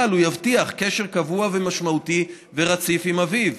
אבל הוא יבטיח קשר קבוע ומשמעותי ורציף עם אביו,